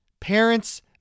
Parents